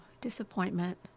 disappointment